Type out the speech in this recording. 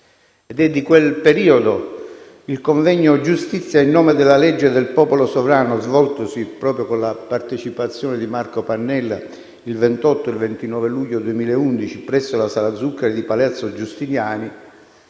È di quel periodo il convegno «Giustizia! In nome della legge e del popolo sovrano», svoltosi, proprio con la partecipazione di Marco Pannella, il 28 e 29 luglio 2011 presso la Sala Zuccari di Palazzo Giustiniani,